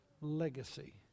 legacy